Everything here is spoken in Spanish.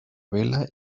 vela